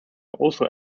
also